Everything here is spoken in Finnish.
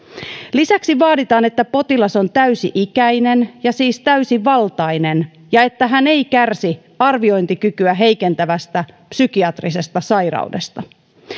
lisäksi vaaditaan että potilas on täysi ikäinen ja siis täysivaltainen ja että hän ei kärsi arviointikykyä heikentävästä psykiatrisesta sairaudesta